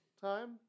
time